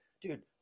dude